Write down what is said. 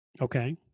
Okay